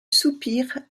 soupir